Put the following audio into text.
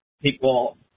people